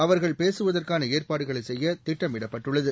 அவர்கள் பேசுவதற்கான ஏற்பாடுகளை செய்ய திட்டமிடப்பட்டுள்ளது